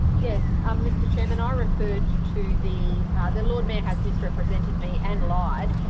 yes, um mr chair. and i referred to the ah the lord mayor has misrepresented me and lied